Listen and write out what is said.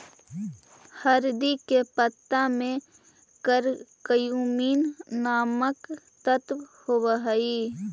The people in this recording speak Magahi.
हरदी के पत्ता में करक्यूमिन नामक तत्व होब हई